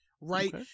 right